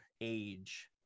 age